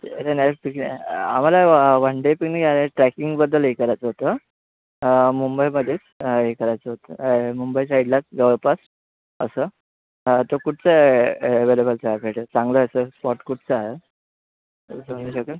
आम्हाला one day ट्रॅकिंगबद्दल हे करायचं होतं मुंबईमध्येच हे करायचं होतं मुंबई साईडलाच जवळपास असं हां तर कुठचं अॅ अॅव्हेलेबल स्पॉट भेटेल चांगलं असं स्पॉट कुठचा आहे काही सांगू शकाल